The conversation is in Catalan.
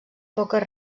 poques